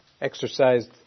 exercised